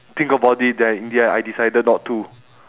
think about it then in the end I decided not to